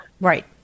Right